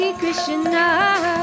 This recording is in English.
Krishna